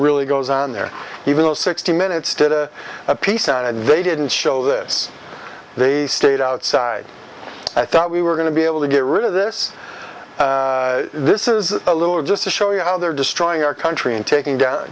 really goes on there even though sixty minutes did a piece on it and they didn't show this they stayed outside i thought we were going to be able to get rid of this this is a little just to show you how they're destroying our country and taking down